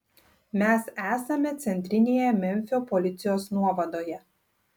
mes esame centrinėje memfio policijos nuovadoje